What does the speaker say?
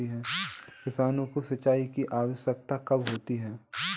किसानों को सिंचाई की आवश्यकता कब होती है?